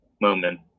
moment